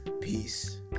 Peace